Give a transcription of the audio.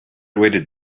weighted